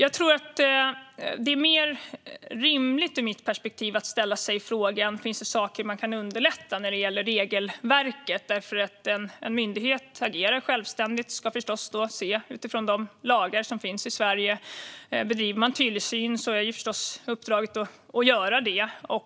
Ur mitt perspektiv är det mer rimligt att ställa sig frågan om det finns saker vi kan göra för att underlätta när det gäller regelverket. En myndighet agerar självständigt och ska förstås utgå från de lagar som finns i Sverige. Bedriver myndigheten tillsyn är uppdraget förstås att göra just det.